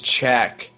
check